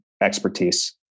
expertise